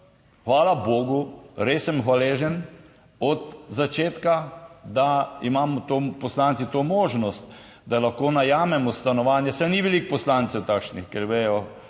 hvala bogu, res sem hvaležen od začetka, da imamo poslanci to možnost, da lahko najamemo stanovanje, saj ni veliko poslancev takšnih, ker vedo,